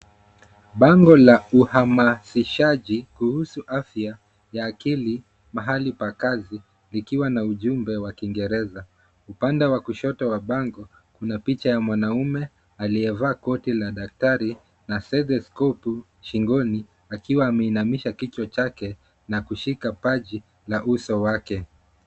Bango la uhamasishaji kuhusu afya ya akili mahali pa kazi, likiwa na ujumbe wa kiingereza. Upande wa kushoto wa bango, kuna picha ya mwanaume aliyevaa koti ya daktari sthethoscopu shingoni akiwa ameinamisha kichwa chake na kushika paji la uso wake.